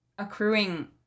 accruing